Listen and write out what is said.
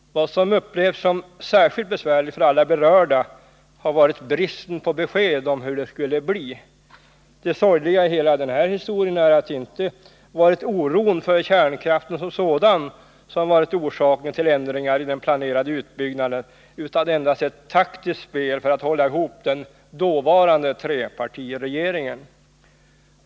Vad som upplevts som särskilt besvärligt för alla berörda har varit bristen på besked om hur det skulle bli. Det sorgliga i hela den här historien är att det inte varit oron för kärnkraften som sådan som varit orsaken till förändringar i den planerade utbyggnaden utan endast ett taktiskt spel för att hålla ihop den dåvarande trepartiregeringen.